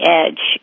edge